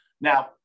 Now